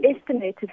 estimated